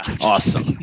Awesome